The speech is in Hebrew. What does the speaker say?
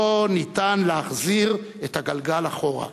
לא ניתן להחזיר את הגלגל אחורה.